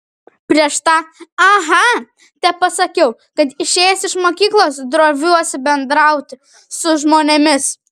prieš tą aha tepasakiau kad išėjęs iš mokyklos droviuosi bendrauti su žmonėmis